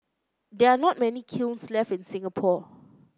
there are not many kilns left in Singapore